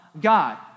God